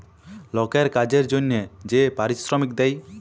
লকের কাজের জনহে যে পারিশ্রমিক দেয়